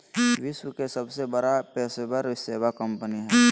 विश्व के सबसे बड़ा पेशेवर सेवा कंपनी हइ